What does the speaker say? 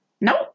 No